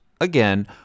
again